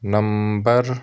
number